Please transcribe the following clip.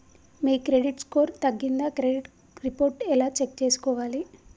మీ credit score తగ్గిందా credit report ఎలా check చేసుకోవాలి?